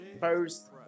first